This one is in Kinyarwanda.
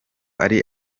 ari